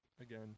again